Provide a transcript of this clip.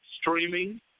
Streaming